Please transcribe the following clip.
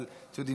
אבל אתם יודעים,